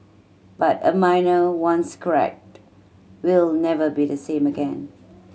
but a mirror once cracked will never be the same again